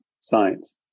science